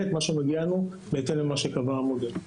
את מה שמגיע לנו בהתאם למה שקבע המודל.